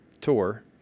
tour